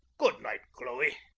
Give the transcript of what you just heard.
good-night, chloe.